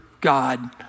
God